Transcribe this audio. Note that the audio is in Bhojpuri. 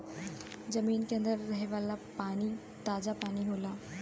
जमीन के अंदर रहे वाला पानी ताजा पानी होला